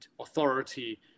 authority